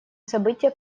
события